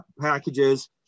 packages